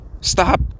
Stop